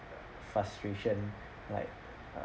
frustration like